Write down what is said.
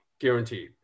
guaranteed